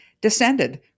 descended